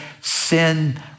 Sin